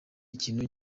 ikintu